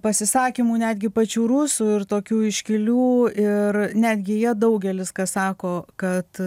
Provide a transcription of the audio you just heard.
pasisakymų netgi pačių rusų ir tokių iškilių ir netgi jie daugelis ką sako kad